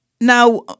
Now